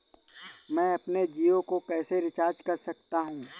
मैं अपने जियो को कैसे रिचार्ज कर सकता हूँ?